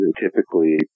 typically